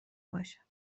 باشه